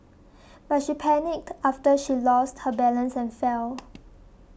but she panicked after she lost her balance and fell